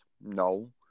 no